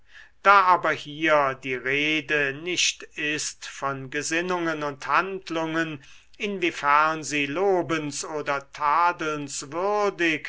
da aber hier die rede nicht ist von gesinnungen und handlungen inwiefern sie lobens oder